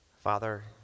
Father